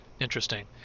Interesting